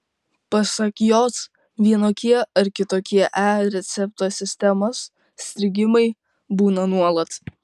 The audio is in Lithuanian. pasak jos vienokie ar kitokie e recepto sistemos strigimai būna nuolat